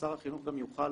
ששר החינוך גם יוכל